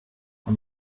این